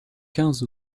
quinze